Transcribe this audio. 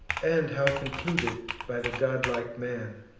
and how concluded by the godlike man